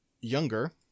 younger